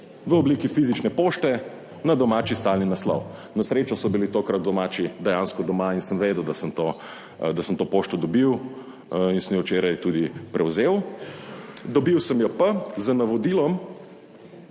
v obliki fizične pošte na domači stalni naslov. Na srečo so bili tokrat domači dejansko doma in sem vedel, da sem to, da sem to pošto dobil in sem jo včeraj tudi prevzel. Dobil sem jo pa z navodilom,